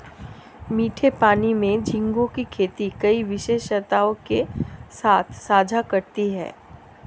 मीठे पानी में झींगे की खेती कई विशेषताओं के साथ साझा करती है